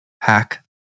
hack